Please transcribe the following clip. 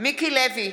מיקי לוי,